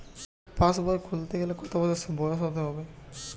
পাশবই খুলতে গেলে কত বছর বয়স হতে হবে?